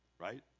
right